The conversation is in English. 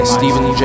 Stephen